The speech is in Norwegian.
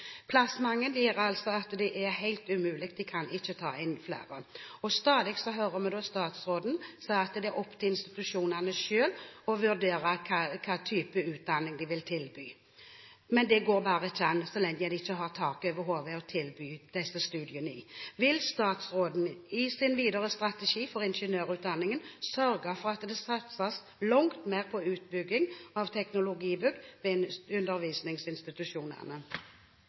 Plassmangel gjør altså at det er helt umulig å ta inn flere. Stadig hører vi statsråden si at det er opp til institusjonene selv å vurdere hvilken type utdanning de vil tilby. Men det går bare ikke an så lenge en ikke har tak over hodet å tilby disse studiene. Vil statsråden i sin videre strategi for ingeniørutdanningen sørge for at det satses langt mer på utbygging av teknologibygg ved undervisningsinstitusjonene?